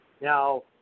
Now